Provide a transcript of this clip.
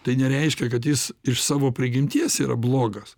tai nereiškia kad jis iš savo prigimties yra blogas